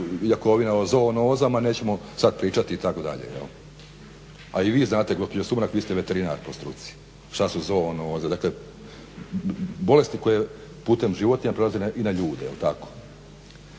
Jakovina o zoonozama nećemo sad pričati itd., a i vi znate gospođo Sumrak, vi ste veterinar po struci, šta su zoonoze, dakle bolesti koje putem životinja prelaze i na ljude. Nadalje,